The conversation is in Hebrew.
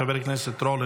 חבר הכנסת רול,